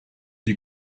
die